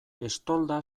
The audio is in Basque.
estolda